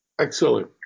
Excellent